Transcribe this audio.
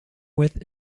with